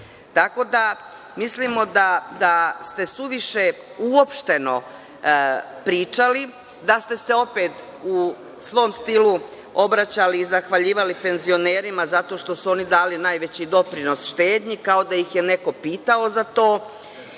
da, mislimo da ste suviše uopšteno pričali, da ste se opet, u svom stilu, obraćali i zahvaljivali penzionerima zato što su oni dali najveći doprinos štednji, kao da ih je neko pitao za to.